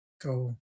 go